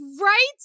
right